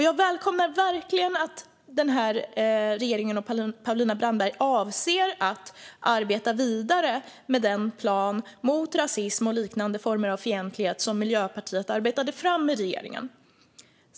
Jag välkomnar verkligen att den här regeringen och Paulina Brandberg avser att arbeta vidare med den plan mot rasism och liknande former av fientlighet som Miljöpartiet arbetade fram i regeringen.